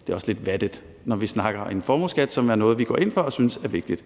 det er også lidt vattet, når vi snakker om en formueskat, som er noget, vi går ind for og synes er vigtigt.